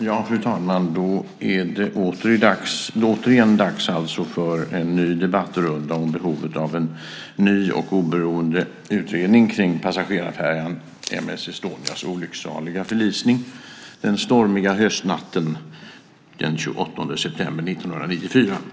Fru talman! Då är det återigen dags för en ny debattrunda om behovet av en ny och oberoende utredning om passagerarfärjan M/S Estonias olycksaliga förlisning den stormiga höstnatten den 28 september 1994.